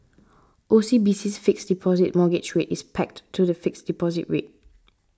O C B C's Fixed Deposit Mortgage Rate is pegged to the fixed deposit rate